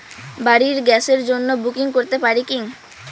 বাড়ির গ্যাসের জন্য বুকিং করতে পারি কি?